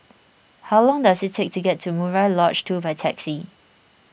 how long does it take to get to Murai Lodge two by taxi